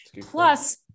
Plus-